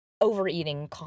overeating